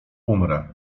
umrę